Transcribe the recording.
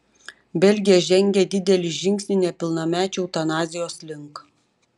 belgija žengė didelį žingsnį nepilnamečių eutanazijos link